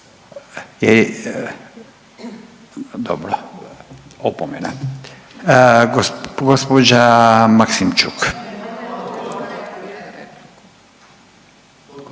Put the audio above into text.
dobro. Opomena. Gospođa Maksimčuk.